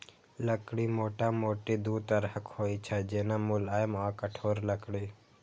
लकड़ी मोटामोटी दू तरहक होइ छै, जेना, मुलायम आ कठोर लकड़ी